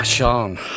Sean